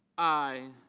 i.